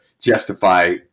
justify